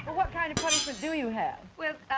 what kind of punishment do you have? well,